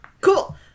Cool